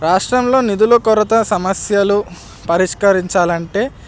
రాష్ట్రంలో నిధుల కొరత సమస్యలు పరిష్కరించాలంటే